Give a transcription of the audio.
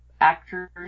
actors